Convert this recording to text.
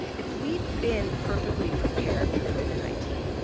if we'd been perfectly prepared for covid nineteen,